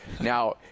Now